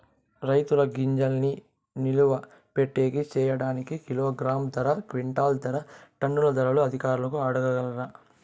రైతుల గింజల్ని నిలువ పెట్టేకి సేయడానికి కిలోగ్రామ్ ధర, క్వింటాలు ధర, టన్నుల ధరలు అధికారులను అడగాలా?